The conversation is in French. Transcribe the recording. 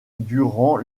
durant